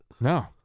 no